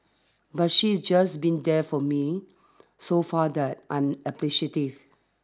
but she just be there for me so far that I'm appreciative